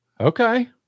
Okay